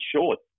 Short